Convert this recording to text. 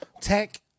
tech